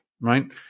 right